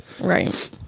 Right